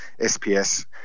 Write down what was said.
SPS